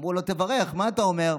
אמרו לו: תברך, מה אתה אומר?